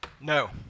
No